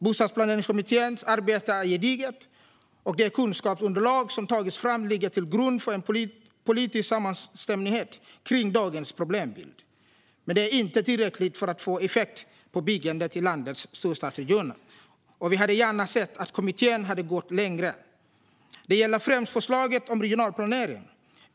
Bostadsplaneringskommitténs arbete är gediget, och det kunskapsunderlag som tagits fram ligger till grund för en politisk samstämmighet kring dagens problembild. Men det är inte tillräckligt för att få effekt på byggandet i landets storstadsregioner, och vi hade gärna sett att kommittén hade gått längre. Det gäller främst förslaget om regional planering.